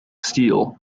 steel